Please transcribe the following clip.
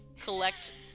collect